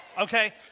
Okay